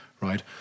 right